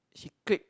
she click